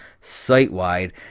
site-wide